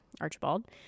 Archibald